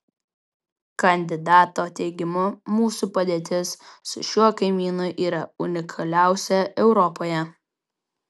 kandidato teigimu mūsų padėtis su šiuo kaimynu yra unikaliausia europoje